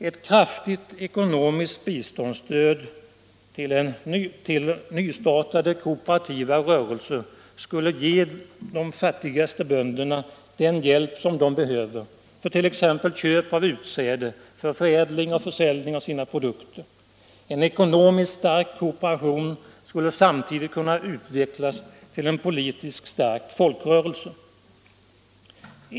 Ett kraftigt ekonomiskt biståndsstöd till en nystartad kooperativ rörelse skulle ge de fattigaste bönderna den hjälp som de behöver för t.ex. köp av utsäde och för förädlingen och försäljning av sina produkter. En ekonomiskt stark kooperation skulle samtidigt kunna utvecklas till en stark politisk folkrörelse.